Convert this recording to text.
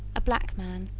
a black man.